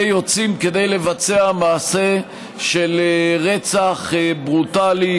ויוצאים כדי לבצע מעשה של רצח ברוטלי,